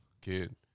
kid